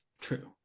true